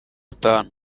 atanu